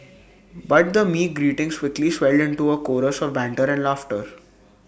but the meek greetings quickly swelled into A chorus of banter and laughter